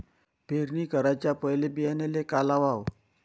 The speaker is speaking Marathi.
पेरणी कराच्या पयले बियान्याले का लावाव?